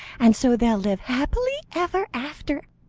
and so they'll live happy ever after.